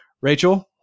Rachel